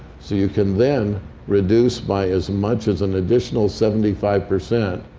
so you can then reduce by as much as an additional seventy five percent